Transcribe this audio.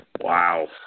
Wow